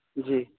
جی